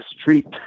street